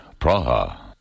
Praha